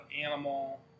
animal